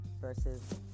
versus